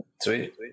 Sweet